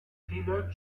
viele